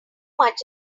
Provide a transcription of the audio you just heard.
much